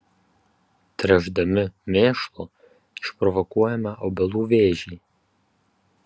tręšdami mėšlu išprovokuojame obelų vėžį